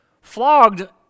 Flogged